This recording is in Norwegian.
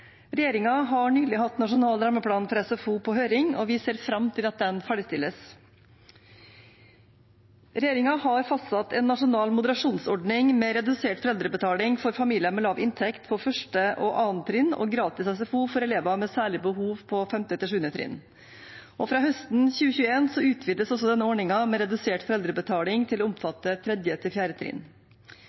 har nylig hatt nasjonal rammeplan for SFO på høring, og vi ser fram til at den ferdigstilles. Regjeringen har fastsatt en nasjonal moderasjonsordning med redusert foreldrebetaling for familier med lav inntekt på 1. og 2. trinn og gratis SFO for elver med særlige behov på 5.–7. trinn. Fra høsten 2021 utvides ordningen med redusert foreldrebetaling til å omfatte